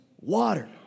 water